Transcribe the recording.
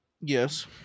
Yes